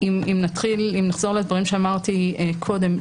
אם נחזור לדברים שאמרתי קודם,